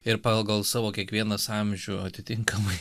ir pagal savo kiekvienas amžių atitinkamai